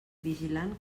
vigilant